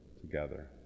together